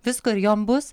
visko ir jom bus